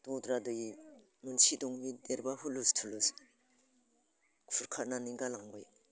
दद्रा दै मोनसे दं दै देरब्ला हुलुस थुलुस खुरखानानै गालांबाय